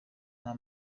nta